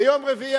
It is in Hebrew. ביום רביעי,